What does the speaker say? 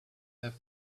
have